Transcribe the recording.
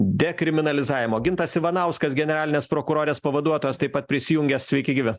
dekriminalizavimo gintas ivanauskas generalinės prokurorės pavaduotojas taip pat prisijungė sveiki gyvi